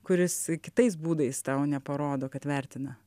kuris kitais būdais tau neparodo kad vertina